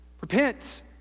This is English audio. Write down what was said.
repent